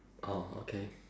orh okay